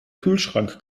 kühlschrank